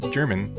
German